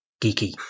geeky